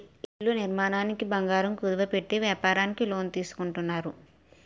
ఇళ్ల నిర్మాణానికి బంగారం కుదువ పెట్టి వ్యాపారానికి లోన్ తీసుకుంటారు